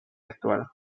actual